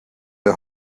der